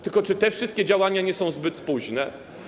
Tylko czy te wszystkie działania nie są zbyt późne?